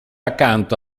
accanto